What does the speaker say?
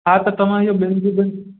हा त तव्हां इहो ॿिनि जी बी